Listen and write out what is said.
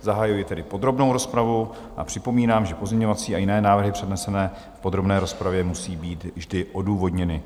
Zahajuji tedy podrobnou rozpravu a připomínám, že pozměňovací a jiné návrhy přednesené v podrobné rozpravě musí být vždy odůvodněny.